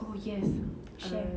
oh yes share